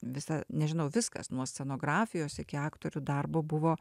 visa nežinau viskas nuo scenografijos iki aktorių darbo buvo